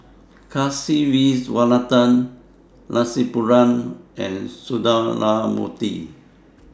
Kasiviswanathan Rasipuram and Sundramoorthy